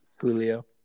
Julio